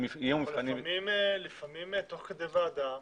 אבל לפעמים תוך כדי ועדה,